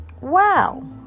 Wow